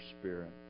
spirit